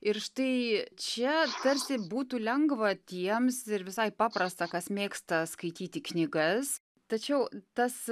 ir štai čia tarsi būtų lengva tiems ir visai paprasta kas mėgsta skaityti knygas tačiau tas